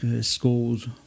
schools